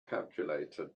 calculator